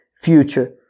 future